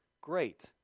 Great